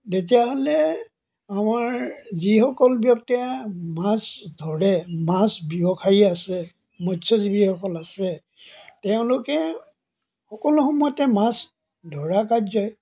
তেতিয়াহ'লে আমাৰ যিসকল ব্যক্তিয়ে মাছ ধৰে মাছ ব্যৱসায়ী আছে মৎস্যজীৱিসকল আছে তেওঁলোকে সকলো সময়তে মাছ ধৰা কাৰ্যই